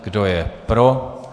Kdo je pro?